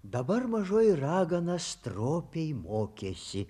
dabar mažoji ragana stropiai mokėsi